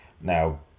Now